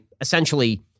essentially